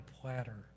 platter